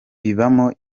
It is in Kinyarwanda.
ibamo